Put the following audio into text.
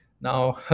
Now